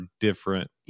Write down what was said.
different